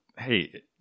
hey